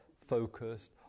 focused